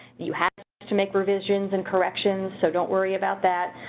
you have to make revisions and corrections. so don't worry about that.